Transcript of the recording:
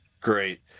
great